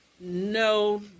No